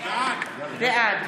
בעד